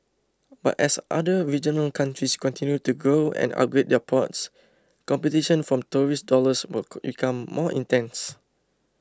but as other regional countries continue to grow and upgrade their ports competition for tourist dollars will become more intense